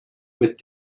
with